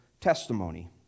testimony